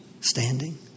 standing